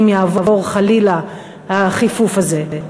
אם יעבור חלילה החיפוף הזה.